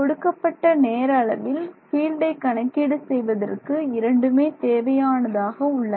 கொடுக்கப்பட்ட நேர அளவில் ஃபீல்டை கணக்கீடு செய்வதற்கு இரண்டுமே தேவையானவையாக உள்ளன